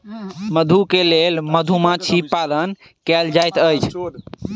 मधु के लेल मधुमाछी पालन कएल जाइत अछि